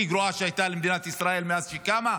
הכי גרועה שהייתה למדינת ישראל מאז שהיא קמה,